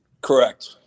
Correct